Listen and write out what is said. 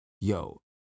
yo